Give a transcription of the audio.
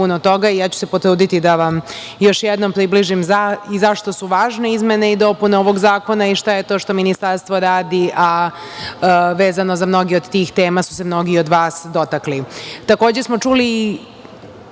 puno toga i ja ću se potruditi da vam još jednom približim i zašto su važne izmene i dopune ovog zakona i šta je to što Ministarstvo radi, a vezano za mnoge od tih tema su se mnogi od vas dotakli. Takođe